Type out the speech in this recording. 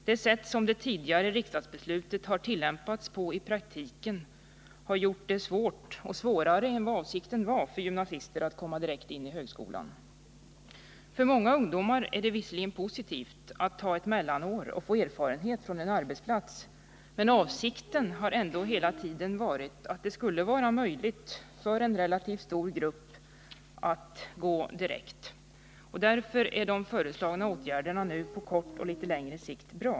Det sätt som det tidigare riksdagsbeslutet har tillämpats på i praktiken har gjort det svårt, och svårare än avsikten var, för gymnasister att komma direkt in i högskolan. För många ungdomar är det visserligen positivt att ta ett mellanår och får erfarenhet från en arbetsplats. Men avsikten har ändå hela tiden varit att det skulle vara möjligt för en relativt stor grupp att gå direkt. Därför är de föreslagna åtgärderna på kort och litet längre sikt bra.